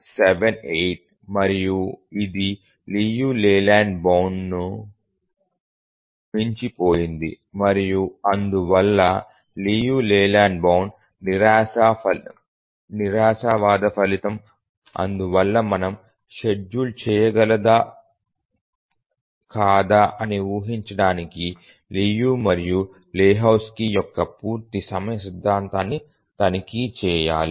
78 మరియు ఇది Liu Layland బౌండ్ను మించిపోయింది మరియు అందువల్ల లియు లేలాండ్ నిరాశావాద ఫలితం అందువల్ల మనము షెడ్యూల్ చేయగలదా కాదా అని ఊహించడానికి లియు మరియు లెహోజ్కీ యొక్క పూర్తి సమయ సిద్ధాంతాన్ని తనిఖీ చేయాలి